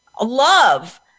love